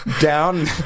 down